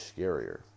scarier